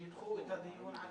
לדחות.